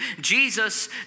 Jesus